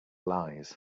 lies